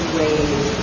ways